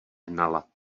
hnala